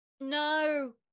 No